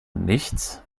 nichts